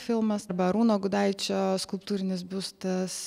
filmas arba arūno gudaičio skulptūrinis biustas